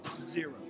Zero